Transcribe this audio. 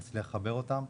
נצליח לחבר אותם,